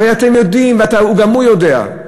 הרי אתם יודעים, גם הוא יודע,